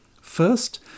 First